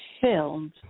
filled